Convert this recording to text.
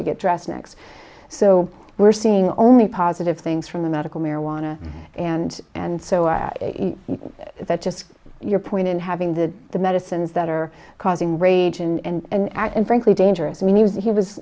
to get dressed next so we're seeing only positive things from the medical marijuana and and so i that just your point in having the the medicines that are causing rage in and out and frankly dangerous means he